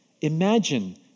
imagine